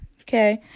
okay